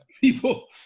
people